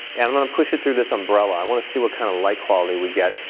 and i'm gonna push it through this umbrella, i wanna see what kind of light quality we get.